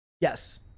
Yes